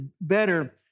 better